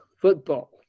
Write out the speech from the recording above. football